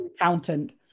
accountant